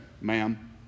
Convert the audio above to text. ma'am